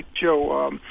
Joe